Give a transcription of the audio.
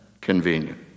convenient